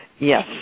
Yes